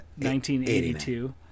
1982